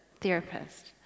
therapist